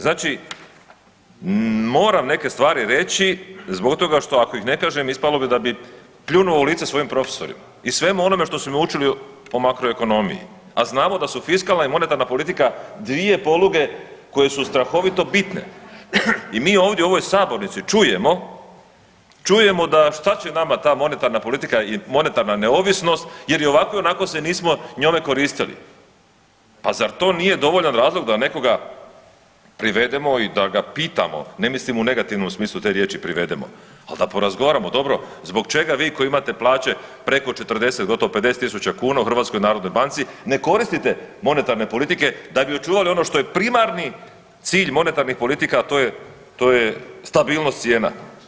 Znači moram neke stvari reći zbog toga što ako ih ne kažem ispalo bi da bi pljunuo u lice svojim profesorima i svemu onome što su me učili o makroekonomiji, a znamo da su fiskalna i monetarna politika dvije poluge koje su strahovito bitne i mi ovdje u ovoj sabornici čujemo, čujemo da šta će nama ta monetarna politika i monetarna neovisnost jer i ovako i onako se nismo njome koristili, pa zar to nije dovoljan razlog da nekoga privedemo i da ga pitamo, ne mislim u negativnom smislu te riječi privedemo, al da porazgovaramo dobro zbog čega vi koji imate plaće preko 40 gotovo 50.000 kuna u HNB-u ne koristite monetarne politike da bi očuvali ono što je primarni cilj monetarnih politika, a to je, to je stabilnost cijena.